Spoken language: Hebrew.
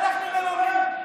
שאנחנו מממנים,